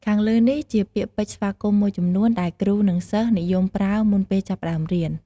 ខាងលើនេះជាពាក្យពេចន៍ស្វាគមន៍មួយចំនួន ដែលគ្រូ និងសិស្សនិយមប្រើ មុនពេលចាប់ផ្ដើមរៀន។